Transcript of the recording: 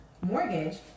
mortgage